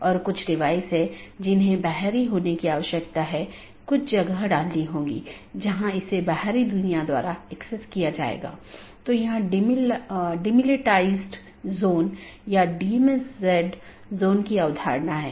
इसका मतलब है कि यह एक प्रशासनिक नियंत्रण में है जैसे आईआईटी खड़गपुर का ऑटॉनमस सिस्टम एक एकल प्रबंधन द्वारा प्रशासित किया जाता है यह एक ऑटॉनमस सिस्टम हो सकती है जिसे आईआईटी खड़गपुर सेल द्वारा प्रबंधित किया जाता है